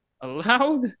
allowed